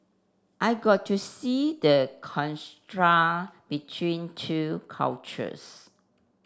I got to see the between two cultures